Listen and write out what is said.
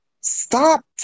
Stop